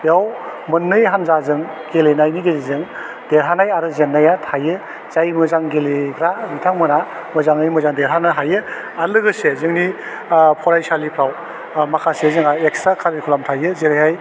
बेयाव मोननै हानजाजों गेलेनायनि गेजेरजों देरहानाय आरो जेननाया थायो जाय मोजां गेलेग्रा बिथांमोनहा मोजाङै मोजां देरहानो हायो आर लोगोसे जोंनि फरायसालिफ्राव माखासे जोंहा इक्सथ्रा कारिकुलाम थायो जेरैहाय